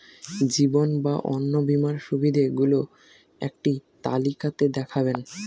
জীবন বা অন্ন বীমার সুবিধে গুলো একটি তালিকা তে দেখাবেন?